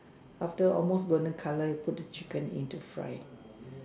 after almost golden colour you put the chicken in to fry